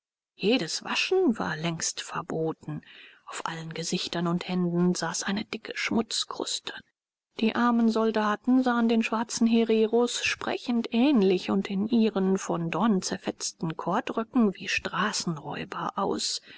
jedes waschen war längst verboten auf allen gesichtern und händen saß eine dicke schmutzkruste die armen soldaten sahen den schwarzen hereros sprechend ähnlich und in ihren von dornen zerfetzten kordröcken wie straßenräuber aus